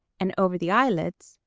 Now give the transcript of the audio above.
and over the eyelids,